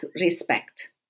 respect